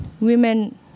women